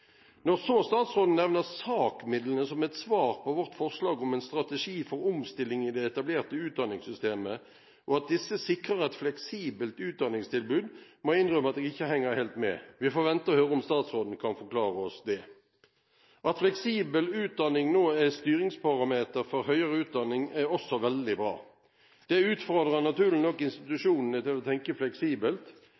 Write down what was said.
Når statsråden nevner SAK-midlene som et svar på vårt forslag om en strategi for omstilling i det etablerte utdanningssystemet – og at disse sikrer et fleksibelt utdanningstilbud – må jeg innrømme at jeg ikke henger helt med. Vi får vente og høre om statsråden kan forklare oss det. At fleksibel utdanning nå er styringsparameter for høyere utdanning, er også veldig bra. Det utfordrer naturlig nok